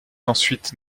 ensuite